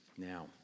Now